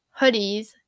hoodies